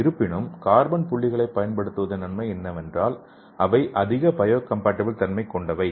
இருப்பினும் கார்பன் புள்ளிகளைப் பயன்படுத்துவதன் நன்மை என்னவென்றால் அவை அதிக பயோகம்பாட்டிபிள் தன்மை கொண்டவை